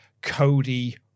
Cody